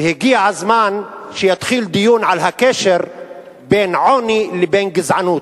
והגיע הזמן שיתחיל דיון על הקשר בין עוני לבין גזענות.